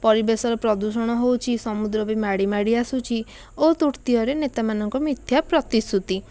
ପରିବେଶର ପ୍ରଦୂଷଣ ହେଉଛି ସମୁଦ୍ର ବି ମାଡ଼ିମାଡ଼ି ଆସୁଛି ଓ ତୃତୀୟରେ ନେତାମାନଙ୍କ ମିଥ୍ୟା ପ୍ରତିଶୃତି